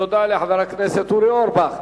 תודה לחבר הכנסת אורי אורבך.